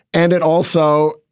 and it also,